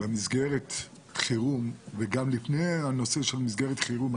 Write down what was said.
לגבי מסגרת חירום וגם לפני הנושא של מסגרת חירום.